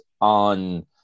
on